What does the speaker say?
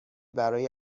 برای